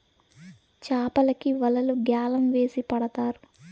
చాపలకి వలలు గ్యాలం వేసి పడతారు